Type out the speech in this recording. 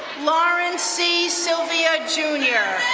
lauren c. sylvia jr.